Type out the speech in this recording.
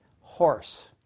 horse